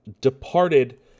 departed